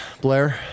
Blair